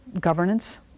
governance